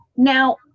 Now